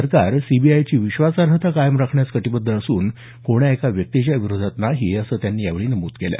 सरकार सीबीआयची विश्वासार्हता कायम राखण्यास कटीबद्ध असून कोण्या एका व्यक्तीच्या विरोधात नाही असं त्यांनी यावेळी नमूद केलं